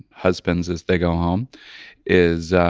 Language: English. husbands, as they go home is,